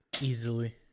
Easily